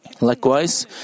Likewise